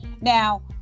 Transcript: Now